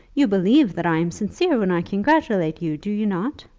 you believe that i am sincere when i congratulate you do you not?